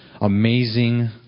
amazing